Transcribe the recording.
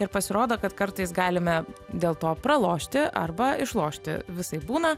ir pasirodo kad kartais galime dėl to pralošti arba išlošti visaip būna